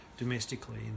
Domestically